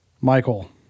Michael